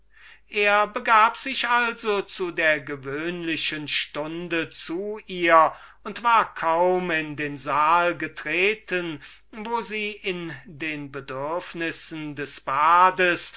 er begab sich also zu der gewöhnlichen stunde zu ihr und war kaum in den saal getreten wo sie sich befand und in den bedürfnissen des bades